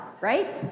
right